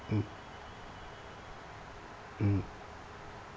mm mm